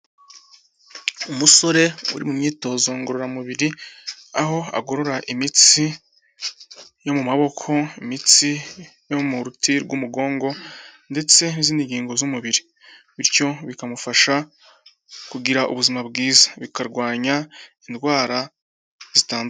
Umusore uri mu myitozo ngororamubiri aho agorora imitsi yo mu maboko, imitsi yo mu ruti rw'umugongo ndetse n'izindi ngingo z'umubiri bityo bikamufasha kugira ubuzima bwiza bikarwanya indwara zitandukanye.